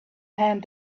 hand